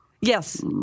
yes